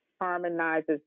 harmonizes